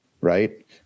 Right